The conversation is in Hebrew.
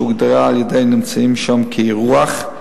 שהוגדרה על-ידי נמצאים שם כ"אירוח",